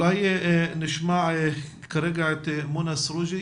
נשמע כרגע את מונא סרוג'י.